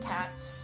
Cats